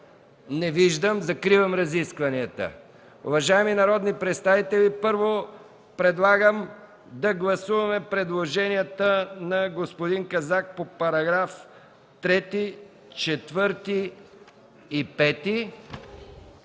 Не виждам. Закривам разискванията. Уважаеми народни представители, първо предлагам да гласуваме предложенията на господин Казак по параграфи 3, 4 и 5,